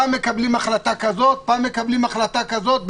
פעם מקבלים החלטה כזאת, פעם מקבלים החלטה כזאת.